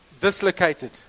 dislocated